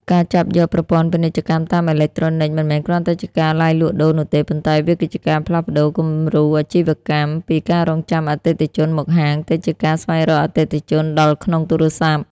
ការចាប់យក ប្រព័ន្ធពាណិជ្ជកម្មតាមអេឡិចត្រូនិក មិនមែនគ្រាន់តែជាការឡាយលក់ដូរនោះទេ ប៉ុន្តែវាគឺជាការផ្លាស់ប្តូរ គំរូអាជីវកម្ម ពីការរង់ចាំអតិថិជនមកហាង ទៅជាការស្វែងរកអតិថិជនដល់ក្នុងទូរស័ព្ទ។